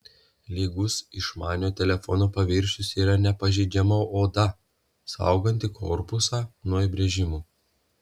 lygus išmaniojo telefono paviršius yra nepažeidžiama oda sauganti korpusą nuo įbrėžimų